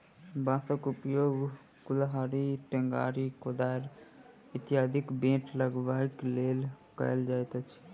बाँसक उपयोग कुड़हड़ि, टेंगारी, कोदारि इत्यादिक बेंट लगयबाक लेल कयल जाइत अछि